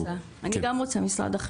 אני גם רוצה, משרד החינוך.